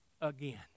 again